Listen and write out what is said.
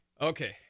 Okay